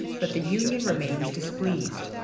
but the union remains displeased.